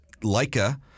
Leica